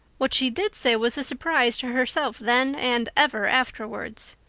what she did say was a surprise to herself then and ever afterwards.